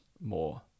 more